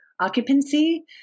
occupancy